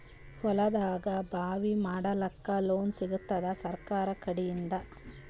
ಹೊಲದಾಗಬಾವಿ ಮಾಡಲಾಕ ಲೋನ್ ಸಿಗತ್ತಾದ ಸರ್ಕಾರಕಡಿಂದ?